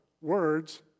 words